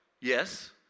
yes